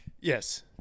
Yes